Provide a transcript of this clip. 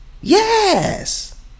Yes